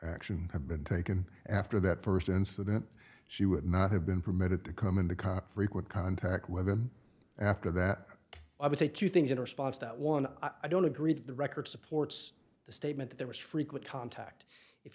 action have been taken after that first incident she would not have been permitted to come into cop frequent contact with him after that i would say two things in response that one i don't agree that the record supports the statement there was frequent contact if